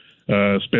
spent